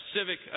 civic